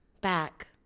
back